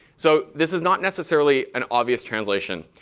so this is not necessarily an obvious translation.